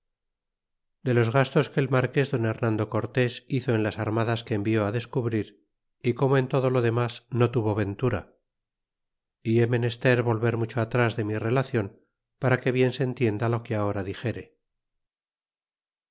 de los gastos que el marques don remando cortés hizo en las armadas que envió descubrir y como en todo lo demas no tuvo ventura d he menester volver mucho atras de mi relaclon para que bien se entienda lo que ahora dixere